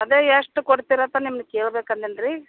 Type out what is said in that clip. ಅದೇ ಎಷ್ಟು ಕೊಡ್ತೀರ ಅಂತ ನಿಮ್ನ ಕೇಳ್ಬೇಕು ಅಂತೀನ್ ರೀ